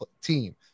team